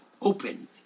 open